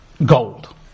Gold